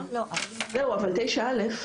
אבל 9א,